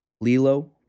Lilo